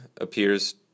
appears